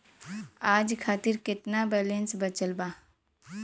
आज खातिर केतना बैलैंस बचल बा?